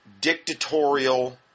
dictatorial